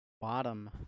Bottom